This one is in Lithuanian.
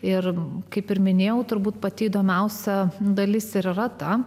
ir kaip ir minėjau turbūt pati įdomiausia dalis ir yra ta